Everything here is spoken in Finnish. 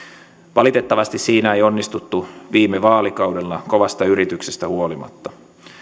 valitettavasti siinä ei onnistuttu viime vaalikaudella kovasta yrityksestä huolimatta